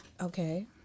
Okay